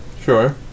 sure